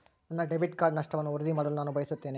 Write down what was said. ನನ್ನ debit card ನಷ್ಟವನ್ನು ವರದಿ ಮಾಡಲು ನಾನು ಬಯಸುತ್ತೇನೆ